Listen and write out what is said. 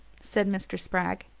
said mr. spragg,